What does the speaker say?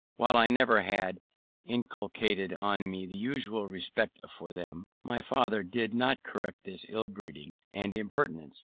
while i never had inculcated on me the usual respect for them. my father did not correct this ill-breeding and impertinence,